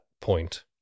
point